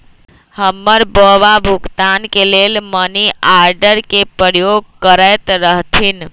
हमर बबा भुगतान के लेल मनीआर्डरे के प्रयोग करैत रहथिन